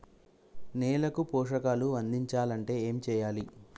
నేలకు పోషకాలు అందించాలి అంటే ఏం చెయ్యాలి?